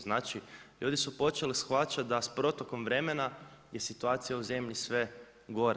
Znači, ljudi su počeli shvaćati da s protokom vremena je situacija u zemlji sve gora.